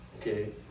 Okay